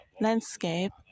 landscape